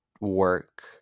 work